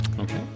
Okay